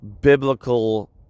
biblical